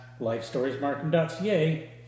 lifestoriesmarkham.ca